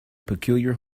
peculiar